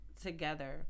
Together